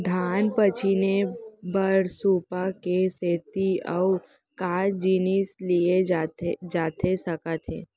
धान पछिने बर सुपा के सेती अऊ का जिनिस लिए जाथे सकत हे?